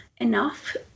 enough